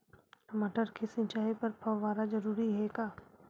टमाटर के सिंचाई बर फव्वारा जरूरी हे का?